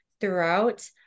throughout